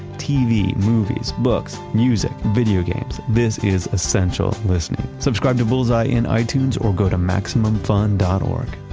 tv, movies, books, music, video games, this is essential listening. subscribe to bullseye in itunes or go to maximumfun dot org.